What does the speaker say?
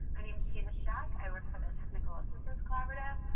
ah name's gina schaak. i work for the technical assistance collaboration. ah